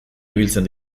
ibiltzen